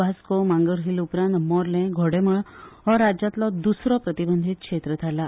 वास्को मांगरा उपरांत मोर्लें घोडेंमळ हो राज्यांतलो दुसरो प्रतिबंधीत क्षेत्र थारला